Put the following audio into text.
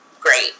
great